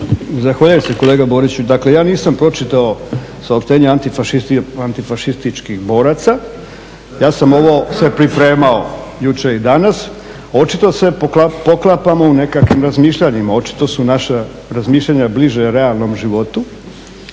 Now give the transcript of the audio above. Zahvaljujem se kolega Boriću. Dakle, ja nisam pročitao saopštenje antifašističkih boraca, ja sam ovo se pripremao jučer i danas. Očito se poklapamo u nekakvim razmišljanjima, očito su naša razmišljanja bliže realnom životu